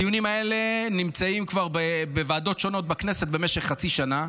הדיונים האלה נמצאים בוועדות שונות בכנסת כבר במשך חצי שנה.